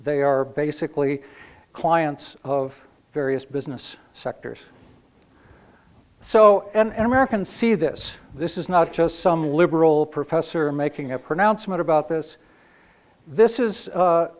they are basically clients of various business sectors so and american see this this is not just some liberal professor making a pronouncement about this this is